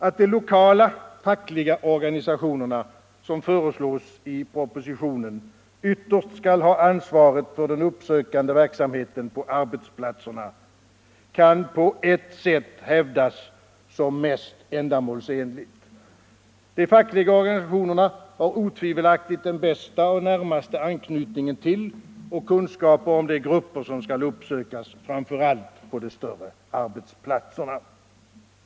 Att de lokala fackliga organisationerna, som föreslås i propositionen, ytterst skall ha ansvaret för den uppsökande verksamheten på arbetsplatserna kan på ett sätt hävdas som mest ändamålsenligt. De fackliga organisationerna har otvivelaktigt den bästa och närmaste anknytningen till och kunskaperna om de grupper som skall uppsökas, framför allt på de större arbetsplatserna.